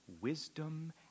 wisdom